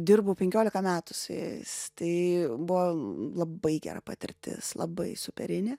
dirbau penkiolika metų su jais tai buvo labai gera patirtis labai superinė